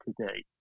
today